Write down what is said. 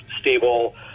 stable